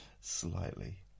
Slightly